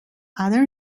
other